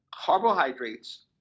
carbohydrates